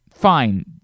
fine